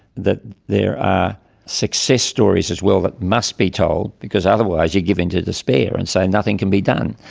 that there are success stories as well that must be told, because otherwise you give in to despair, and say and nothing can be done,